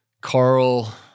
Carl